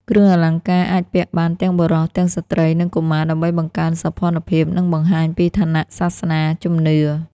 គ្រឿងអលង្ការអាចពាក់បានទាំងបុរស ទាំងស្ត្រី និងកុមារ ដើម្បីបង្កើនសោភ័ណភាព និងបង្ហាញពីឋានៈ សាសនា ជំនឿ។